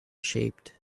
shaped